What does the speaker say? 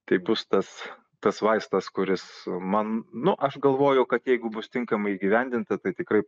tai bus tas tas vaistas kuris man nu aš galvoju kad jeigu bus tinkamai įgyvendinta tai tikrai